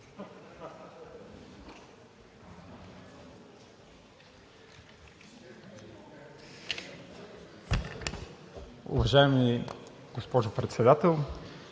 Уважаема госпожо Председател,